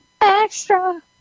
Extra